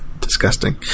Disgusting